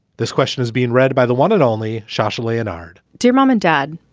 this question is being read by the one and only shosh leonhard dear mom and dad,